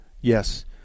Yes